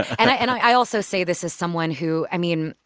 and i and i also say this as someone who i mean,